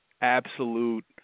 absolute